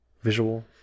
visual